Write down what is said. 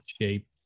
shape